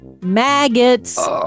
maggots